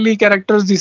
characters